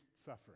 suffering